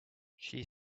she